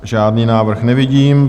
Žádný návrh nevidím.